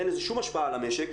אין לזה שום השפעה על המשק.